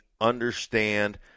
understand